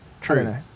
True